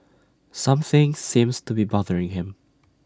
something seems to be bothering him